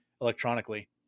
electronically